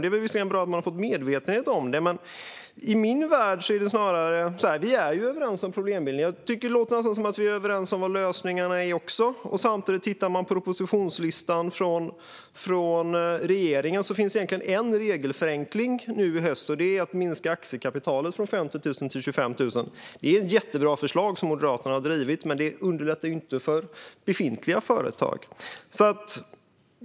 Visserligen är det bra att man har fått medvetenhet om detta, men i min värld ser det snarare ut så här: Vi är överens om problembilden. Det låter också som att vi nästan är överens även om lösningarna. Men tittar man samtidigt på regeringens propositionslista ser man bara en regelförenkling nu i höst. Det handlar om att minska aktiekapitalet från 50 000 till 25 000. Det är ett jättebra förslag, som också Moderaterna har drivit, men det underlättar ju inte för befintliga företag.